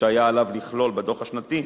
שהיה עליו לכלול בדוח השנתי,